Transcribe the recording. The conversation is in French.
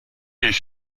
est